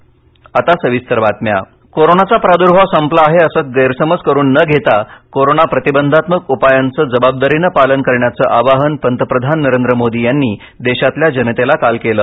पंतप्रधान कोरोनाचा प्रादुर्भाव संपला आहे असा गैरसमज करुन न घेता कोरोना प्रतिबंधात्मक उपायांचं जबाबदारीनं पालन करण्याचं आवाहन पंतप्रधान नरेंद्र मोदी यांनी देशातल्या जनतेला काल केलं